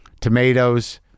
Tomatoes